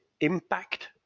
impact